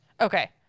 Okay